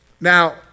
now